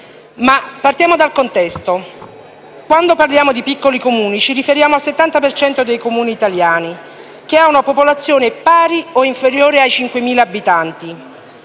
Ma partiamo dal contesto. Quando parliamo di piccoli Comuni, ci riferiamo al 70 per cento dei Comuni italiani, che ha una popolazione pari o inferiore ai 5.000 abitanti.